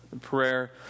prayer